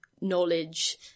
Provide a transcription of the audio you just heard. knowledge